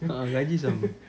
a'ah gaji sama